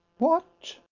what?